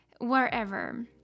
wherever